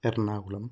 Ernakulam